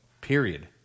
Period